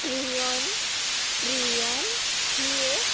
Trion ट्रियन ही एक